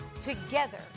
Together